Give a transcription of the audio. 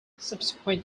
subsequent